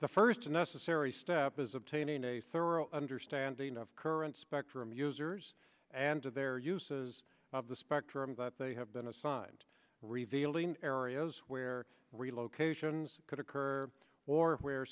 the first a necessary step is obtaining a thorough understanding of current spectrum users and of their uses of the spectrum that they have been assigned revealing areas where real locations could occur or where